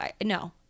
no